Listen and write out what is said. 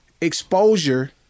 exposure